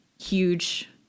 Huge